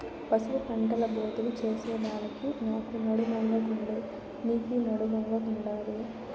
పసుపు పంటల బోదెలు చేసెదానికి నాకు నడుమొంగకుండే, నీకూ నడుమొంగకుండాదే